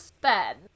ben